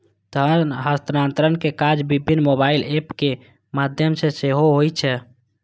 धन हस्तांतरण के काज विभिन्न मोबाइल एप के माध्यम सं सेहो होइ छै